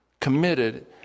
Committed